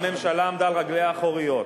בהתחלה הממשלה עמדה על רגליה האחוריות